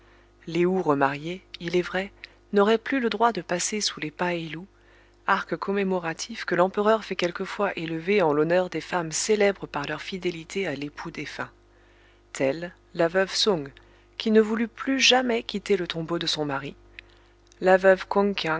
lé ou remariée il est vrai n'aurait plus le droit de passer sous les paé lous arcs commémoratifs que l'empereur fait quelquefois élever en l'honneur des femmes célèbres par leur fidélité à l'époux défunt telles la veuve soung qui ne voulut plus jamais quitter le tombeau de son mari la veuve